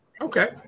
okay